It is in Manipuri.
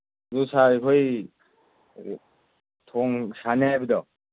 ꯑꯗꯨ ꯁꯥꯔ ꯑꯩꯈꯣꯏ ꯊꯣꯡ ꯁꯥꯅꯤ ꯍꯥꯏꯕꯗꯣ